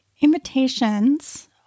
invitations